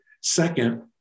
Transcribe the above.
Second